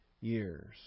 years